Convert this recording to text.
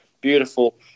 beautiful